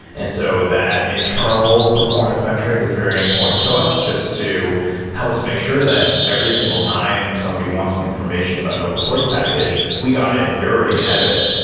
and so that internal performance metric is very important to us just to help us make sure that every single time somebody wants some information about an open source package, we got it and we're already head of it.